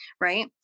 right